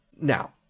Now